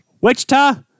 Wichita